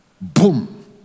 Boom